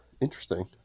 Interesting